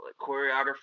choreography